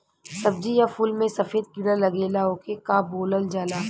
सब्ज़ी या फुल में सफेद कीड़ा लगेला ओके का बोलल जाला?